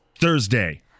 Thursday